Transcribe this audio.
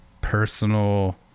personal